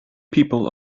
people